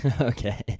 Okay